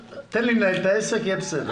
תן לי לנהל את העסק, יהיה בסדר.